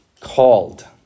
called